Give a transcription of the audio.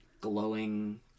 glowing